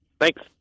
Thanks